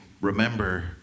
remember